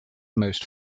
most